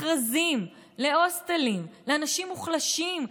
מכרזים להוסטלים לאנשים מוחלשים,